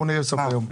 אנחנו נראה בסוף היום.